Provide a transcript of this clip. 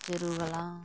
ᱪᱤᱨᱩ ᱜᱟᱞᱟᱝ